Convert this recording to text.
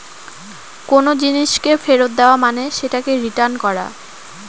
কোনো জিনিসকে ফেরত দেওয়া মানে সেটাকে রিটার্ন করা